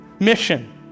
mission